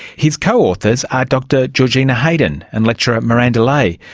his co-authors are dr georgina heydon and lecturer miranda lai,